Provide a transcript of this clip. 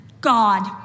God